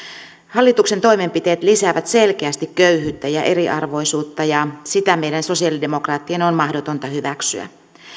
hallituksen toimenpiteet lisäävät selkeästi köyhyyttä ja eriarvoisuutta ja sitä meidän sosialidemokraattien on mahdotonta hyväksyä